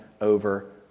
over